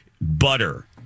Butter